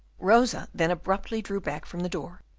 rosa then abruptly drew back from the door,